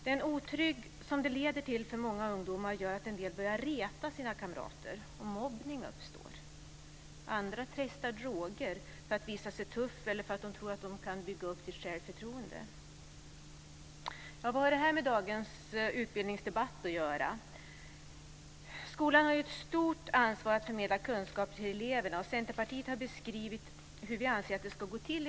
Den otrygghet för många ungdomar som det här leder till gör att en del börjar reta sina kamrater. Mobbning uppstår. Andra testar droger för att visa sig tuffa eller därför att de tror att de kan bygga upp sitt självförtroende. Vad har då detta med dagens utbildningsdebatt att göra? Ja, skolan har ett stort ansvar när det gäller att förmedla kunskap till eleverna. Vi i Centerpartiet beskriver i vår utbildningsmotion hur vi anser att det ska gå till.